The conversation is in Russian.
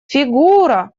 фигура